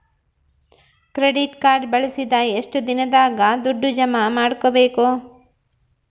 Credit card ಬಳಸಿದ ಎಷ್ಟು ದಿನದಾಗ ದುಡ್ಡು ಜಮಾ ಮಾಡ್ಬೇಕು?